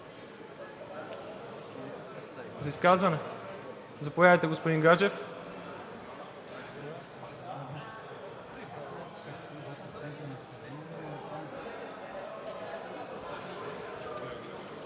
за изказване? Заповядайте, господин Гаджев.